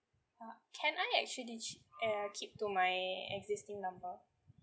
uh can I actually uh keep to my existing number